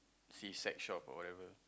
see sex shop or whatever